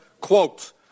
quote